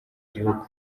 gihugu